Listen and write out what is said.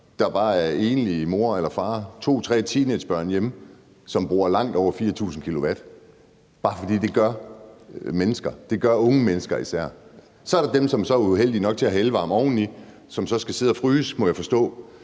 eller fædre med to eller tre teenagebørn boende hjemme, som bruger langt over 4.000 kWh – det gør mennesker, og det gør unge mennesker især. Så er der dem, som er uheldige nok til at have elvarme oveni, og som så skal sidde og fryse, må jeg forstå,